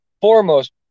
foremost